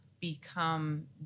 become